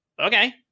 okay